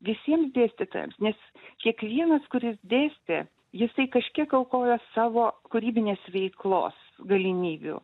visiems dėstytojams nes kiekvienas kuris dėstė jisai kažkiek aukojo savo kūrybinės veiklos galimybių